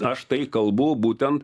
aš tai kalbu būtent